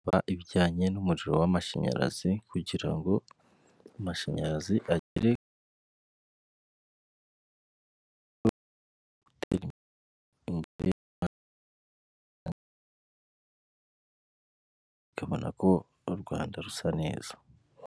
Ibijyanye n'umuriro w'amashanyarazi, kugira ngo amashanyarazi agere ku iterambere ukabona ko u Rwanda rusa neza.